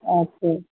আচ্ছা